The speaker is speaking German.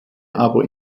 aber